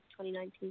2019